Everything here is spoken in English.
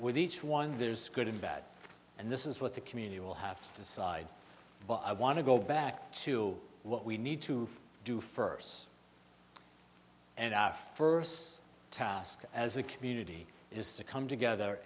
with each one there's good and bad and this is what the community will have to decide but i want to go back to what we need to do first and our first task as a community is to come together